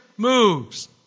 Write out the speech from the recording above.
moves